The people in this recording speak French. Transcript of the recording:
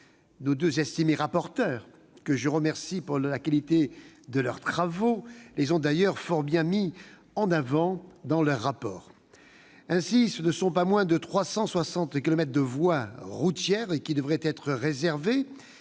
nos estimés rapporteurs, que je remercie pour la qualité de leurs travaux, les ont d'ailleurs fort bien mis en avant dans leurs rapports. Ainsi, ce ne sont pas moins de 360 kilomètres de voies routières qui devraient être réservés